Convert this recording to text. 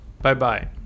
Bye-bye